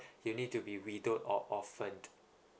you need to be widowed or orphan